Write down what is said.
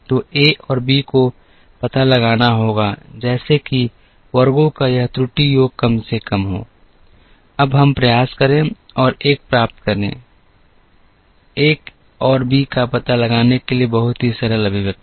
तो ए और बी को पता लगाना होगा जैसे कि वर्गों का यह त्रुटि योग कम से कम हो अब हम प्रयास करें और एक प्राप्त करें एक और बी का पता लगाने के लिए बहुत ही सरल अभिव्यक्ति